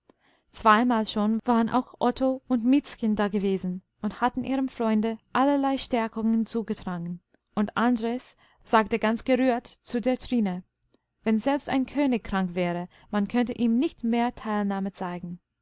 zweimal schon waren auch otto und miezchen dagewesen und hatten ihrem freunde allerlei stärkungen zugetragen und andres sagte ganz gerührt zu der trine wenn selbst ein könig krank wäre man könnte ihm nicht mehr teilnahme zeigen